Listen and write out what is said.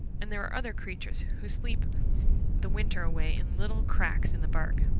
and there are other creatures who sleep the winter away in little cracks in the bark.